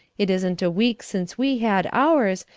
it isn't a week since we had ours,